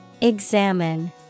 Examine